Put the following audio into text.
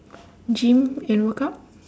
gym and workout